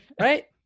Right